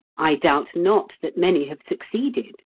i doubt not that many have succeeded.